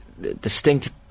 distinct